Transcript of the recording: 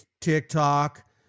TikTok